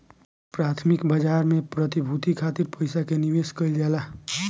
प्राथमिक बाजार में प्रतिभूति खातिर पईसा के निवेश कईल जाला